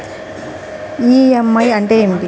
EMI అంటే ఏమిటి?